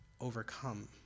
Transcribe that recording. overcome